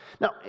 Now